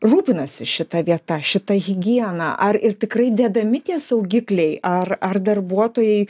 rūpinasi šita vieta šitą higiena ar ir tikrai dedami tie saugikliai ar ar darbuotojai